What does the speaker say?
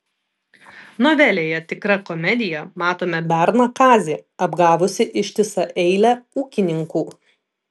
novelėje tikra komedija matome berną kazį apgavusį ištisą eilę ūkininkų